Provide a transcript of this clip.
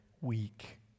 week